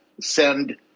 send